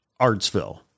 Artsville